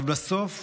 אבל בסוף,